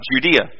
Judea